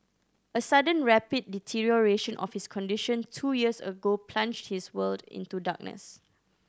a sudden rapid deterioration of his condition two years ago plunged his world into darkness